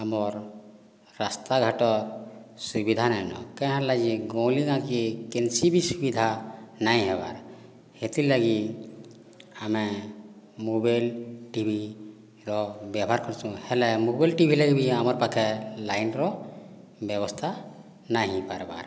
ଆମର୍ ରାସ୍ତାଘାଟ ସୁବିଧା ନାଇଁ ନ କାଇଁ ହେଲା ଯେ ଗଉଁଲି ଗାଁକି କେନ୍ସି ବି ସୁବିଧା ନାହିଁ ହେବାର୍ ହେଥିର୍ଲାଗି ଆମେ ମୋବାଇଲ ଟିଭିର ବ୍ୟବହାର କରୁଛୁଁ ହେଲେ ମୋବାଇଲ ଟିଭି ଲାଗି ବି ଆମର୍ ପାଖେ ଲାଇନ୍ର ବ୍ୟବସ୍ତା ନାଇଁ ହେଇପାର୍ବାର୍